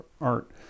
art